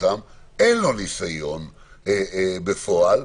ואין להם ניסיון בפועל.